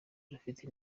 rufite